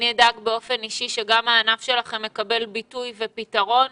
אני אדאג באופן אישי שגם הענף שלכם יקבל ביטוי ופתרון